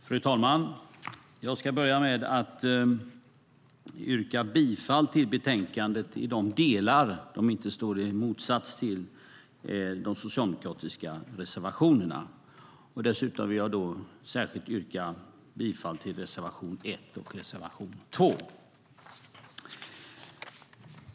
Fru talman! Jag ska börja med att yrka bifall till förslaget i betänkandet i de delar som inte står i motsats till de socialdemokratiska reservationerna. Dessutom vill jag särskilt yrka bifall till reservationerna 1 och 2.